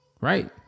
right